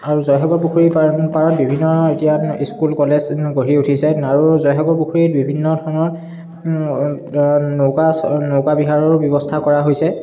আৰু জয়সাগৰ পুখুৰীৰ পাৰ পাৰত বিভিন্ন এতিয়া স্কুল কলেজ গঢ়ি উঠিছে আৰু জয়সাগৰ পুখুৰীত বিভিন্ন ধৰণৰ নৌকা নৌকা বিহাৰৰো ব্যৱস্থা কৰা হৈছে